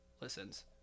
Listens